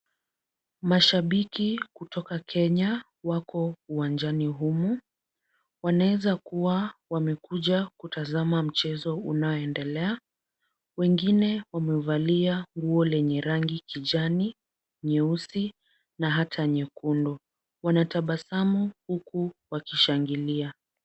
Mashabiki kutoka Kenya wako uwanjani humu. Wanaweza kuwa wamekuja kutazama mchezo unaoendelea. Wengine wamevalia nguo lenye rangi kijani, nyeusi na hata nyekundu. Wanatabasamu huku wakishangilia.